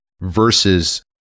versus